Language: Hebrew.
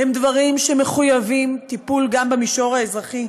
הם דברים שמחייבים טיפול גם במישור האזרחי.